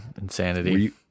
Insanity